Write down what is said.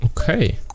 Okay